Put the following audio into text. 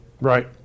right